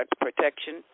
Protection